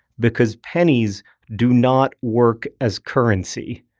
because pennies do not work as currency.